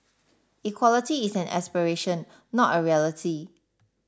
equality is an aspiration not a reality